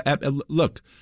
Look